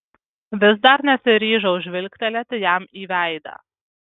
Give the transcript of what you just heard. vis dar nesiryžau žvilgtelėti jam į veidą